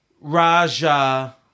Raja